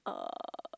uh